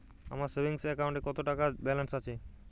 আমার সেভিংস অ্যাকাউন্টে কত টাকা ব্যালেন্স আছে?